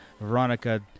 Veronica